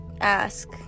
ask